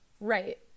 Right